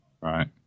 right